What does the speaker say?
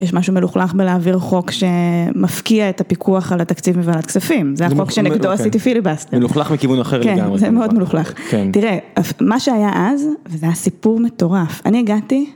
יש משהו מלוכלך בלהעביר חוק שמפקיע את הפיקוח על התקציב מוועדת כספים. זה החוק שנגדו עשיתי פיליבסטר. מלוכלך מכיוון אחר לגמרי. זה מאוד מלוכלך. תראה, מה שהיה אז, וזה היה סיפור מטורף. אני הגעתי...